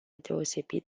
deosebit